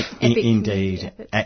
Indeed